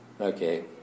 Okay